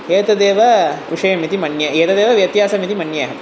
एतदेव विषयम् इति मन्ये एतदेव व्यत्यसन इति मन्ये अहम्